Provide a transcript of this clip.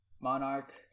Monarch